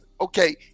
Okay